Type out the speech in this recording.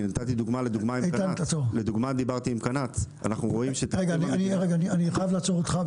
אני נתתי דוגמה לכך שדיברתי עם קנ"ט --- אני חייב לעצור אותך.